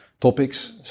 topics